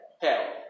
Hell